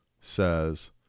says